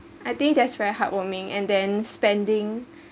I think that's very heartwarming and then spending